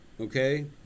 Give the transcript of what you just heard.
okay